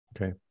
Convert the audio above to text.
Okay